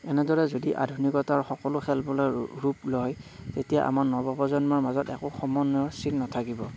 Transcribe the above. এনেদৰে যদি আধুনিকতাৰ সকলো খেলবোৰে ৰূপ লয় তেতিয়া আমাৰ নৱপ্ৰজন্মৰ মাজত একো সমন্বয়ৰ চিন নাথাকিব